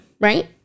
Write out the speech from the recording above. Right